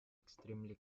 extremely